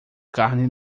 carne